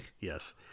yes